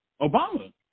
Obama